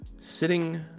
Sitting